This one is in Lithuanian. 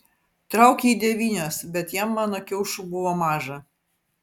trauk jį devynios bet jam mano kiaušų buvo maža